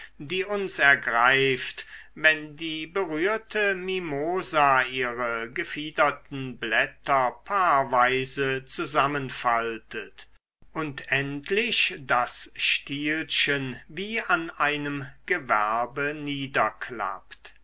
die uns ergreift wenn die berührte mimosa ihre gefiederten blätter paarweise zusammen faltet und endlich das stielchen wie an einem gewerbe